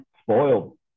spoiled